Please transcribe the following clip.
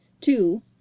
two